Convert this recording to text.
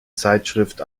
zeitschrift